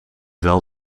wel